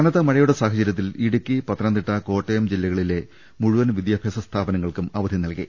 കനത്തമഴയുടെ സാഹ ചരൃത്തിൽ ഇടുക്കി പത്തനംതിട്ട കോട്ടയം ജില്ലകളിലെ മുഴുവൻ വിദ്യാഭ്യാസസ്ഥാപനങ്ങൾക്കും അവധി നൽകി